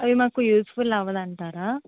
అవి మాకు యూజ్ఫుల్ అవ్వదంటారా